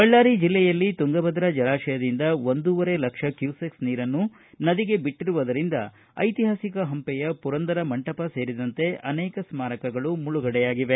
ಬಳ್ಳಾರಿ ಜಿಲ್ಲೆಯಲ್ಲಿ ತುಂಗಭದ್ರಾ ಜಲಾಶಯದಿಂದ ಒಂದೂವರೆ ಲಕ್ಷ ಕ್ಯೂಸೆಕ್ ನೀರನ್ನು ನದಿಗೆ ಬಿಟ್ಟರುವುದರಿಂದ ಐತಿಹಾಸಿಕ ಪಂಪೆಯ ಪುರಂದರ ಮಂಟಪ ಸೇರಿದಂತೆ ಅನೇಕ ಸ್ನಾರಕಗಳು ಮುಳುಗಡೆಯಾಗಿವೆ